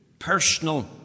personal